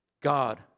God